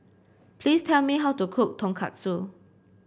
please tell me how to cook Tonkatsu